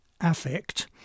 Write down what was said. affect